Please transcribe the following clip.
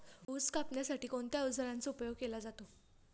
ऊस कापण्यासाठी कोणत्या अवजारांचा उपयोग केला जातो?